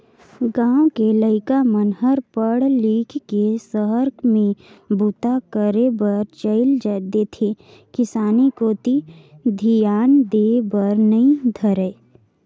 गाँव के लइका मन हर पढ़ लिख के सहर में बूता करे बर चइल देथे किसानी कोती धियान देय बर नइ धरय